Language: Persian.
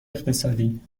اقتصادی